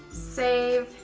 save